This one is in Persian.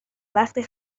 وقتی